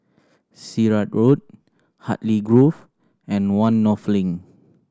Sirat Road Hartley Grove and One North Link